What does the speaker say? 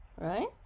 right